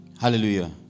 Hallelujah